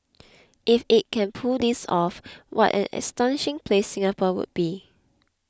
if it can pull this off what an astonishing place Singapore would be